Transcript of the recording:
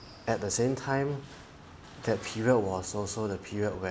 at the same time that period was also the period where